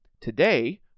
today